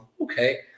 okay